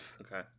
okay